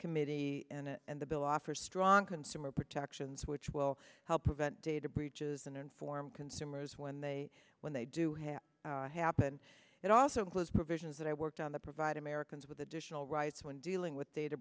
committee and the bill offers strong consumer protections which will help prevent data breaches and inform consumers when they when they do have to happen it also includes provisions that i worked on the provide americans with additional rights when dealing with data